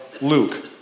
Luke